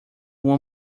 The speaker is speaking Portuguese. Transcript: uma